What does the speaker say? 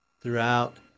Throughout